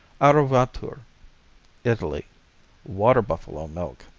arovature italy water-buffalo milk.